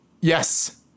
Yes